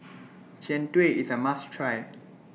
Jian Dui IS A must Try